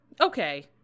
okay